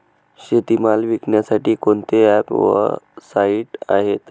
शेतीमाल विकण्यासाठी कोणते ॲप व साईट आहेत?